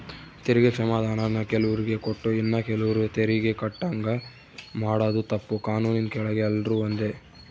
ತೆರಿಗೆ ಕ್ಷಮಾಧಾನಾನ ಕೆಲುವ್ರಿಗೆ ಕೊಟ್ಟು ಇನ್ನ ಕೆಲುವ್ರು ತೆರಿಗೆ ಕಟ್ಟಂಗ ಮಾಡಾದು ತಪ್ಪು, ಕಾನೂನಿನ್ ಕೆಳಗ ಎಲ್ರೂ ಒಂದೇ